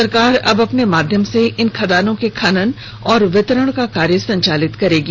सरकार अब अपने माध्यम से इन खदानों के खनन और वितरण का कार्य संचालित करेगी